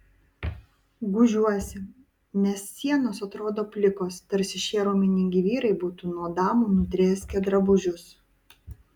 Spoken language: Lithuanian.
gūžiuosi nes sienos atrodo plikos tarsi šie raumeningi vyrai būtų nuo damų nudrėskę drabužius